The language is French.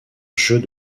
jeux